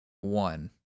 one